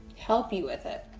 help you with it?